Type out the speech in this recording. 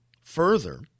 Further